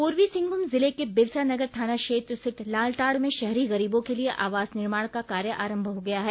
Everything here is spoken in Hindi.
पूर्वी सिंहभूम जिले के बिरसा नगर थाना क्षेत्र स्थित लाल टांड़ में शहरी गरीबों के लिए आवास निर्माण का कार्य आरंभ हो गया है